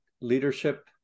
leadership